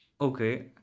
Okay